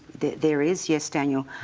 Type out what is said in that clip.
there is, yes, daniel,